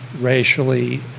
racially